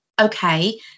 okay